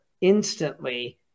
instantly